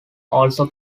also